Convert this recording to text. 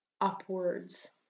upwards